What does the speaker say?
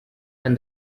and